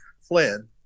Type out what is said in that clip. Flynn